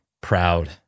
proud